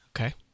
Okay